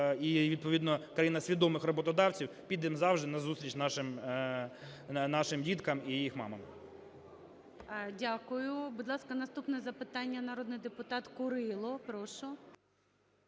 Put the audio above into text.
і відповідно країна свідомих роботодавців підемо завжди назустріч нашим діткам і їх мамам. ГОЛОВУЮЧИЙ. Дякую. Будь ласка, наступне запитання. Народний депутат Курило. Прошу.